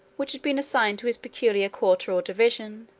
which had been assigned to his peculiar quarter or division,